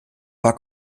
war